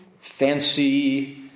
Fancy